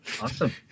Awesome